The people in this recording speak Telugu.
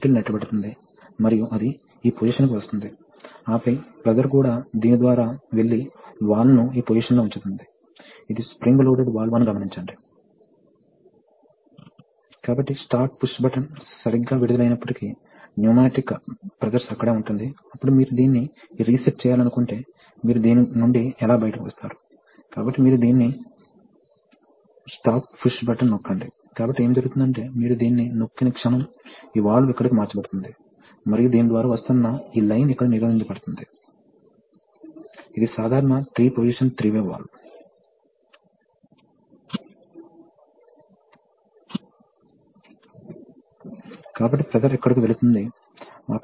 కాబట్టి తరువాతి దానికి వెళ్దాం ఇది regenerative reciprocating circuit with changeover to conventional mode కాబట్టి ఇక్కడ ఏమి జరుగుతోంది ప్రాథమికంగా ఇక్కడ జరుగుతున్న ఒకే రకమైన విషయం ఏమిటంటే మళ్ళీ మీకు పంపు ఉంది మీకు రిలీఫ్ వాల్వ్ ఉంది మీకు సోలేనోయిడ్స్ మరియు హైడ్రాలిక్ పైలట్ తో మూడు పొజిషన్డ్ డైరెక్షన్ వాల్వ్స్ ఉన్నాయి